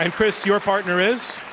and chris, your partner is?